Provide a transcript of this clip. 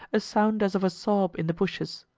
a sound as of a sob in the bushes.